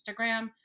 Instagram